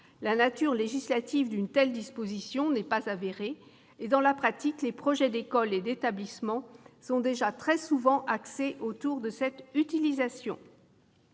la nature législative d'une telle disposition n'est pas avérée et, dans la pratique, les projets d'école et d'établissement sont déjà très souvent axés autour de cette utilisation.